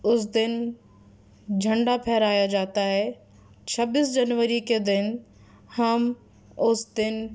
اس دن جھنڈا پھہرایا جاتا ہے چھبیس جنوری کے دن ہم اس دن